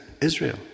Israel